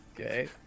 Okay